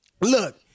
Look